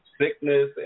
sickness